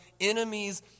enemies